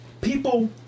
people